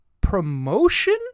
promotion